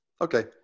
Okay